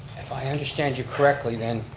if i understand you correctly, then